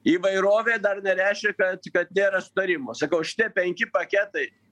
įvairovė dar nereiškia kad kad nėra sutarimo sakau šitie penki paketai